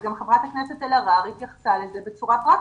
וגם חברת הכנסת אלהרר התייחסה לזה בצורה פרקטית.